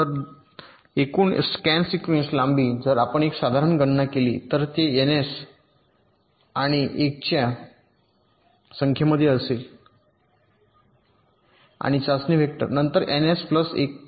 तर एकूण scan sequence लांबी जर आपण एक साधारण गणना केली तर ते ns आणि 1 च्या संख्येमध्ये असेल चाचणी वेक्टर नंतर एनएस प्लस 1 का